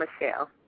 Michelle